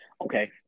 okay